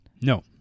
No